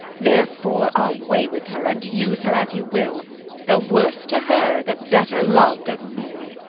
therefore away with her, and use her as you will the worse to her the better lov'd of me.